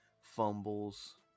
fumbles